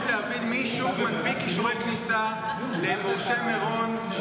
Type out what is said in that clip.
יש אפשרות להבין מי שוב מנפיק אישורי כניסה למשה מירון,